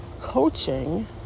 coaching